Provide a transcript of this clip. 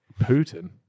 Putin